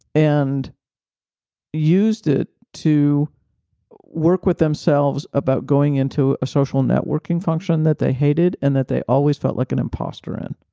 and used it to work with themselves about going into a social networking function that they hated and that they always felt like an imposter in.